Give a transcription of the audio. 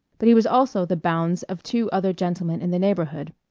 but he was also the bounds of two other gentlemen in the neighborhood.